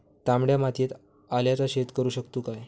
तामड्या मातयेत आल्याचा शेत करु शकतू काय?